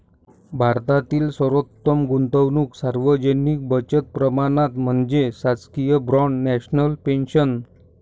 भारतातील सर्वोत्तम गुंतवणूक सार्वजनिक बचत प्रमाणपत्र म्हणजे शासकीय बाँड नॅशनल पेन्शन